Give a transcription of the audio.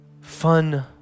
fun